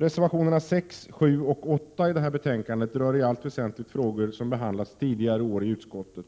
Reservationerna 6, 7 och 8 till detta betänkande rör i allt väsentligt frågor som behandlats tidigare år i utskottet.